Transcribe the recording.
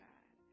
God